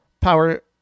Power